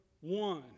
one